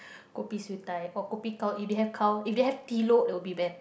kopi siew-dai or kopi gao if they have gao if they have it would be